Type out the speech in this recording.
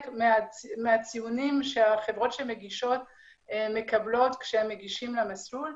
מהציונים שהחברות שמגישות מקבלות כשהן מגישות למסלול.